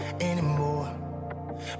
anymore